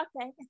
Okay